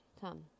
Come